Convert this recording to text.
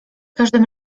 każdym